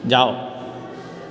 जाओ